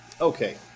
Okay